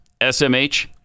SMH